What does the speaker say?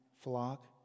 flock